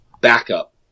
backup